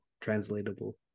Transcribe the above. translatable